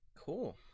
Cool